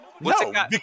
No